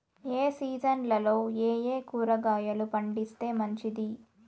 ఏ సీజన్లలో ఏయే కూరగాయలు పండిస్తే మంచిది